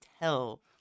tell